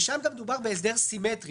ושם דובר גם בהסדר סימטרי,